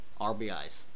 RBIs